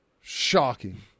Shocking